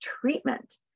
treatment